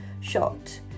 shot